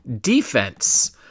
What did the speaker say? defense